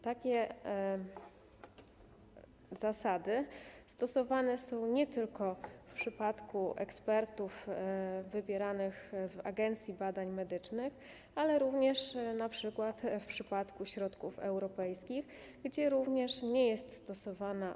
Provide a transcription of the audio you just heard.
Takie zasady stosowane są nie tylko w przypadku ekspertów wybieranych w Agencji Badań Medycznych, lecz również np. w przypadku środków europejskich, w odniesieniu do których nie jest stosowana